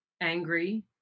angry